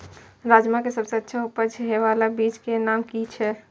राजमा के सबसे अच्छा उपज हे वाला बीज के नाम की छे?